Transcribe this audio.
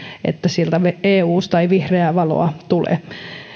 että eusta ei vihreää valoa tule